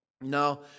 No